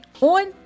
on